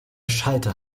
schalter